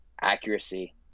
accuracy